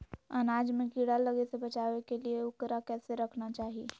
अनाज में कीड़ा लगे से बचावे के लिए, उकरा कैसे रखना चाही?